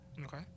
Okay